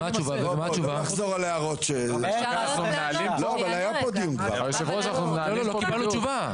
לא לחזור על הערות שכבר --- אבל לא קיבלנו תשובה.